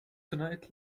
tonight